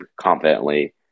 confidently